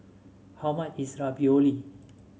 how much is Ravioli